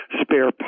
spare